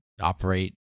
operate